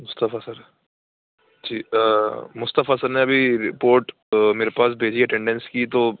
مصطفیٰ sir ji Mustafa sir نے ابھی report میرے پاس بھیجی ہے اٹینڈنس کی تو